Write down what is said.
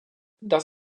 das